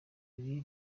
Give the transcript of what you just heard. ibi